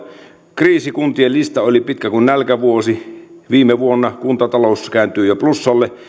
kriisikuntien lista oli pitkä kuin nälkävuosi viime vuonna kuntatalous kääntyi jo plussalle